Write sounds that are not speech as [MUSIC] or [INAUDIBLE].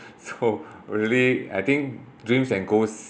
so [LAUGHS] really I think dreams and goals